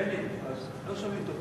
בני, לא שומעים טוב.